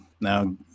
now